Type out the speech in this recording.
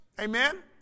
Amen